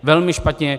Velmi špatně.